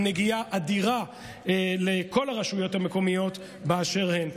עם נגיעה אדירה בכל הרשויות המקומיות באשר הן.